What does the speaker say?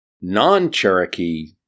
Non-Cherokee